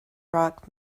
rock